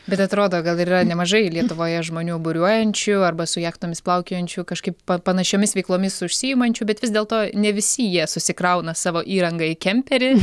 bet atrodo gal yra nemažai lietuvoje žmonių buriuojančių arba su jachtomis plaukiojančių kažkaip pa panašiomis veiklomis užsiimančių bet vis dėlto ne visi jie susikrauna savo įrangą į kemperį